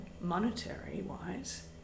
monetary-wise